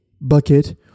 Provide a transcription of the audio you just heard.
bucket